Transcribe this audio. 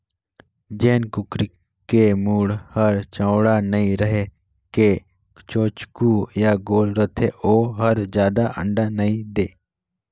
जेन कुकरी के मूढ़ हर चउड़ा नइ रहि के चोचकू य गोल रथे ओ हर जादा अंडा नइ दे